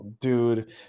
Dude